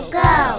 go